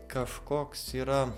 kažkoks yra